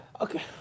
Okay